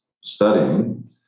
studying